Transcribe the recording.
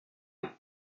dormi